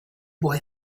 boy